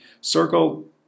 circle